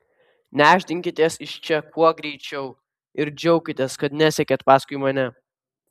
nešdinkitės iš čia kuo greičiau ir džiaukitės kad nesekėt paskui mane